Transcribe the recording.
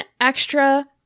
extra